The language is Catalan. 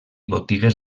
botigues